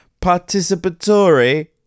participatory